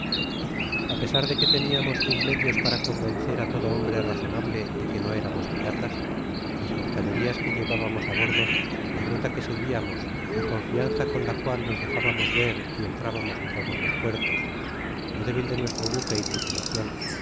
a pesar de que ten'amos mil medios para convencer á todo hombre razonable tle que noeramos piratas las mercaderias que llevábamos á bordo la ruta que seguiamos la confianza con la cual nos dejábamos ver y entrábamos en todos los puertos lo débil de nuestro buque y tripulacion